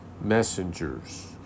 messengers